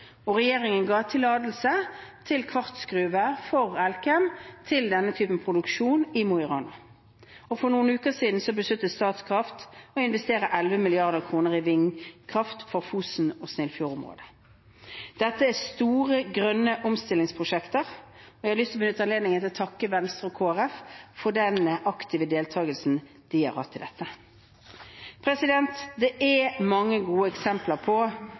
Regjeringen ga tillatelse til kvartsgruver for Elkem til denne typen produksjon i Mo i Rana. For noen uker siden besluttet Statkraft å investere 11 mrd. kr i vindkraft på Fosen og i Snillfjord-området. Dette er store grønne omstillingsprosjekter, og jeg har lyst til å benytte anledningen til å takke Venstre og Kristelig Folkeparti for den aktive deltagelsen de har hatt i dette. Det er mange gode eksempler på